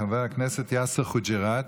חבר הכנסת יאסר חוג'יראת,